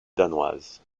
danoise